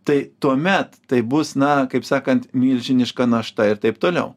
tai tuomet taip bus na kaip sakant milžiniška našta ir taip toliau